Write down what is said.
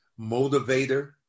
motivator